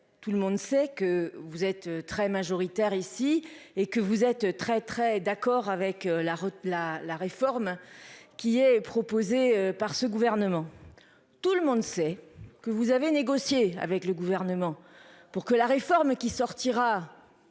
tout le monde sait que vous êtes très majoritaire ici et que vous êtes très très d'accord avec la route la la réforme qui est proposée par ce gouvernement. Tout le monde sait que vous avez négocié avec le gouvernement pour que la réforme qui sortira.